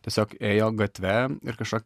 tiesiog ėjo gatve ir kažką